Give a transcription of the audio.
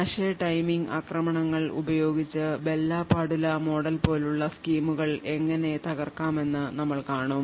cache timing ആക്രമണങ്ങൾ ഉപയോഗിച്ച് Bell LaPadula model പോലുള്ള സ്കീമുകൾ എങ്ങനെ തകർക്കാമെന്ന് ഞങ്ങൾ കാണും